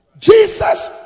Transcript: Jesus